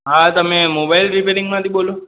આ તમે મોબાઈલ રીપેરિંગમાંથી બોલો